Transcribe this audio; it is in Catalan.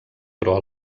però